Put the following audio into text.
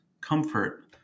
comfort